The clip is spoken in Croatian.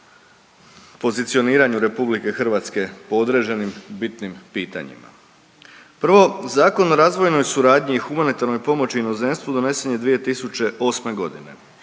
pozicioniranju RH po određenim bitnim pitanjima. Prvo, Zakon o razvojnoj suradnji i humanitarnoj pomoći inozemstvu donesen je 2008.g., na